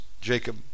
Jacob